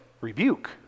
rebuke